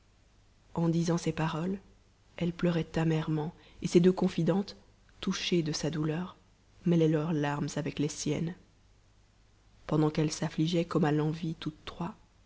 en disant ces paroles elle pleurait amèrement et ses deux confidentes touchées de sa douleur mêlaient leurs larmes avec les siennes pendant qu'elles saffligeaient comme a l'envi toutes trois